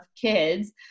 kids